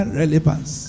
relevance